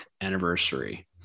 anniversary